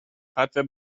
hardware